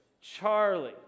Charlie